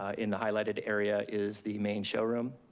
ah in the highlighted area, is the main showroom.